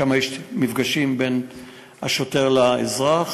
יש שם מפגשים בין השוטר לאזרח,